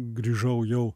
grįžau jau